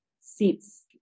seats